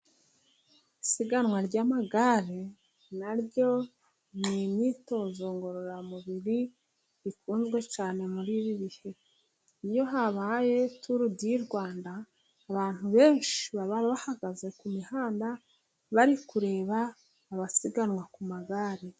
Isiganwa ry'amagare， naryo ni imyitozo ngororamubiri ikunzwe cyane muri ibi bihe. Iyo habaye turu di Rwanda， abantu benshi baba bahagaze ku mihanda， bari kureba abasiganwa ku magare.